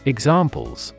Examples